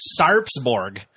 Sarpsborg